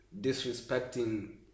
disrespecting